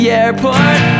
airport